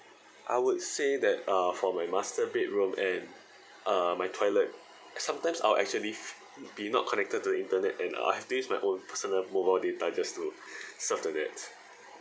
I would say that uh for my master bedroom and uh my toilet sometimes I'll actually f~ be not connected to the internet and uh I have to use my own personal mobile data just to surf the net